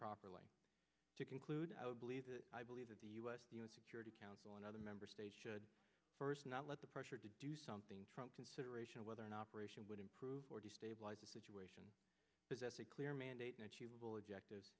properly to conclude i would believe that i believe that the u s security council and other member states should first not let the pressure to do something trump consideration whether an operation would improve or destabilize the situation but that's a clear mandate an achievable objectives